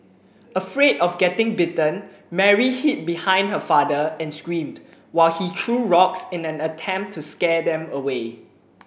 afraid of getting bitten Mary hid behind her father and screamed while he threw rocks in an attempt to scare them away